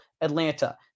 Atlanta